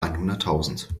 einhunderttausend